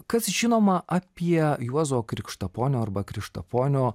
kas žinoma apie juozo krikštaponio arba krištaponio